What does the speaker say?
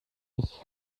ich